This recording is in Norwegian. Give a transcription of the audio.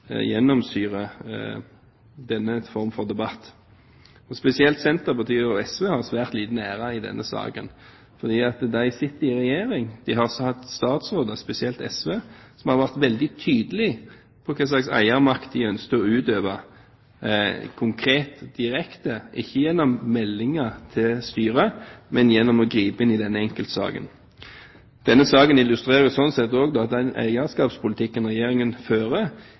denne form for debatt. Spesielt Senterpartiet og SV har svært liten ære i denne saken, fordi de sitter i regjering. De har også hatt statsråder, spesielt SV, som har vært veldig tydelige på hva slags eiermakt de ønsket å utøve konkret, direkte – ikke gjennom meldinger til styret, men gjennom å gripe inn i denne enkeltsaken. Denne saken illustrerer sånn sett også at den eierskapspolitikken Regjeringen fører,